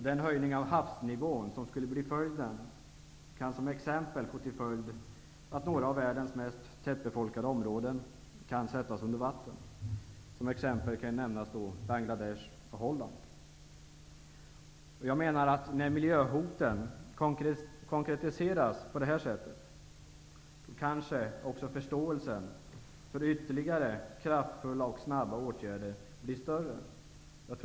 Den höjning av havsnivån som skulle bli följden kan medföra att några av världens mest tätbefolkade områden -- t.ex. Bangladesh och Holland -- kan sättas under vatten. När miljöhoten konkretiseras på det här sättet kanske också förståelsen för ytterligare kraftfulla åtgärder blir större.